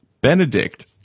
Benedict